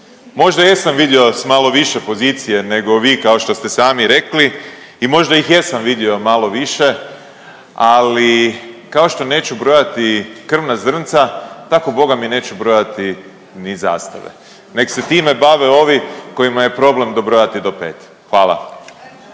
Možda jesam vidio s malo više pozicije nego vi kao što ste sami rekli i možda ih jesam vidio malo više ali kao što neću brojati krvna zrnca tako bogami neću brojati ni zastave. Nek se time bave ovi kojima je problem dobrojati do 5. Hvala.